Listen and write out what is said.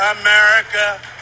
America